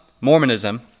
Mormonism